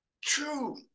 True